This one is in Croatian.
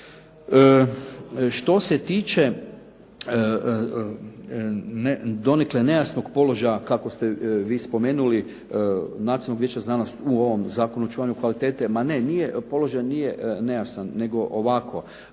Što se tiče donekle nejasnog položaja kako ste vi spomenuli Nacionalnog vijeća znanosti u ovom Zakonu o očuvanju kvalitete, ma ne, položaj nije nejasan, nego ovako.